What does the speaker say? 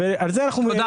תודה.